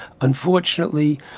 unfortunately